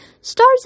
Stars